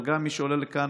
אבל גם מי שעולה לכאן